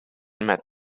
met